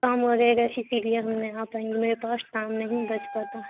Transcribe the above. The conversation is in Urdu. کام وغیرہ ہے اسی لیے ہم نے آ پائیں گے میرے پاس ٹائم نہیں بچ پاتا